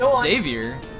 Xavier